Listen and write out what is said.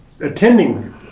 attending